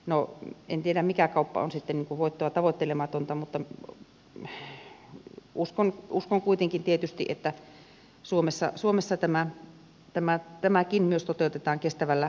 no en tiedä mikä kauppa on sitten voittoa tavoittelematonta mutta uskon kuitenkin tietysti että suomessa tämäkin myös toteutetaan kestävällä tavalla